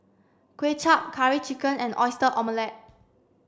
Kuay Chap curry chicken and oyster omelette